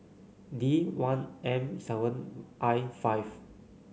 D one M seven I five